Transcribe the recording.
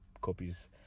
copies